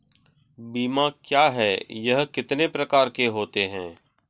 बीमा क्या है यह कितने प्रकार के होते हैं?